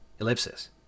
Ellipsis